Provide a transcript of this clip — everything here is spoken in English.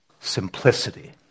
simplicity